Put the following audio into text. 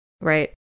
Right